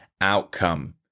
outcome